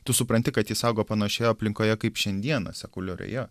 tu supranti kad jis augo panašioje aplinkoje kaip šiandieną sekuliarioje